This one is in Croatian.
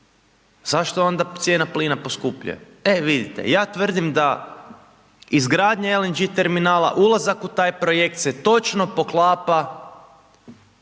zašto onda cijena plina poskupljuje. E vidite, ja tvrdim da izgradnja LNG terminala, ulazak u taj projekt se točno poklapa